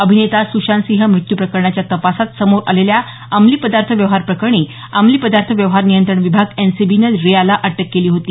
अभिनेता सुशांतसिंह मृत्यू प्रकरणाच्या तपासात समोर आलेल्या अंमली पदार्थ व्यवहार प्रकरणी अंमली पदार्थ व्यवहार नियंत्रण विभाग एनसीबीनं रियाला अटक केली होती